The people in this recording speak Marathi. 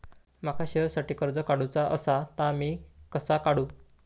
माका शेअरसाठी कर्ज काढूचा असा ता मी कसा काढू?